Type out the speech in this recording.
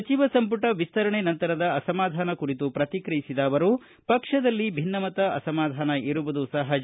ಸಚಿವ ಸಂಪುಟ ವಿಸ್ತರಣೆ ನಂತರದ ಅಸಮಾಧಾನ ಕುರಿತು ಪ್ರತಿಕ್ರಿಯಿಸಿದ ಅವರು ಪಕ್ಷದಲ್ಲಿ ಭಿನ್ನಮತ ಅಸಮಾಧಾನ ಇರುವುದು ಸಹಜ